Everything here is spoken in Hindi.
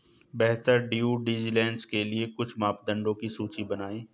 बेहतर ड्यू डिलिजेंस के लिए कुछ मापदंडों की सूची बनाएं?